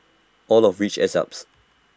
all of which adds up